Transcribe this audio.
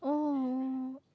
oh